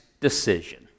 decision